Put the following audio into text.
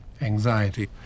anxiety